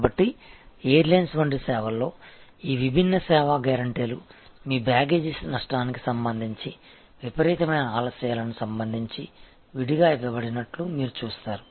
కాబట్టి ఎయిర్లైన్స్ వంటి సేవలో ఈ విభిన్న సేవా గ్యారెంటీలు మీ బ్యాగేజ్ నష్టానికి సంబంధించి విపరీతమైన ఆలస్యాలకు సంబంధించి విడిగా ఇవ్వబడినట్లు మీరు చూస్తారు